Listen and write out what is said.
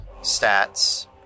stats